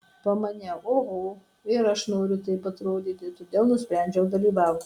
pamaniau oho ir aš noriu taip atrodyti todėl nusprendžiau dalyvauti